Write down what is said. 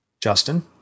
Justin